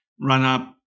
run-up